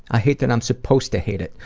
i hate that i'm supposed to hate it,